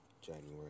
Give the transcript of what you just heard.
January